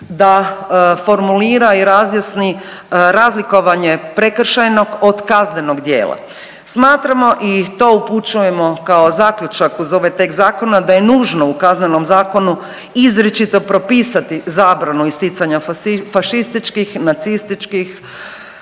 da formulira i razjasni razlikovanje prekršajnog od kaznenog djela. Smatramo i to upućujemo kao zaključak uz ovaj tekst zakona da je nužno u Kaznenom zakonu izričito propisati zabranu isticanja .../nerazumljivo/... fašističkih,